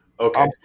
Okay